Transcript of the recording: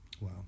Wow